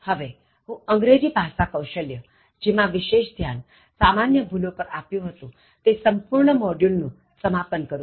હવે હું અંગ્રેજી ભાષા કૌશલ્ય જેમાં વિશેષ ધ્યાન સામાન્ય ભૂલો પર આપ્યું હતુ તે સંપૂર્ણ મોડયુલનું સમાપન કરું છું